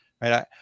right